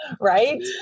right